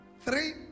three